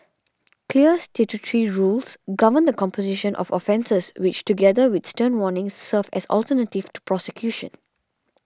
clear statutory rules govern the composition of offences which together with stern warnings serve as alternatives to prosecution